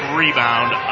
rebound